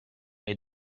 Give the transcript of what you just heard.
est